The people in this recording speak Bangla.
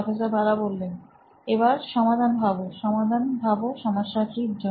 প্রফেসর বালা এবার সমাধান ভাবো সমাধান ভাবো সমস্যাটির জন্য